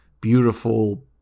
beautiful